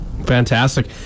Fantastic